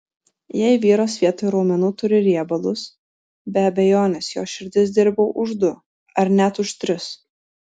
jei vyras vietoj raumenų turi riebalus be abejonės jo širdis dirba už du ar net už tris